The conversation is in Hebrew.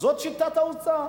זאת שיטת האוצר.